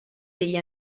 degli